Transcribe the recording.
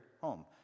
home